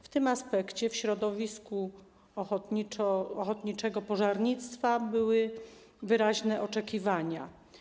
W tym aspekcie w środowisku ochotniczego pożarnictwa były wyraźne oczekiwania.